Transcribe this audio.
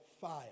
fire